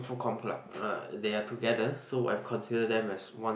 info comm club uh they are together so I consider them as one